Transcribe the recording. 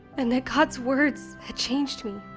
and that god's words had changed me.